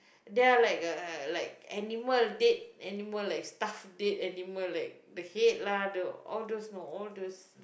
there're like uh like animal dead animal like stuffed dead animal like the head lah the all those no all those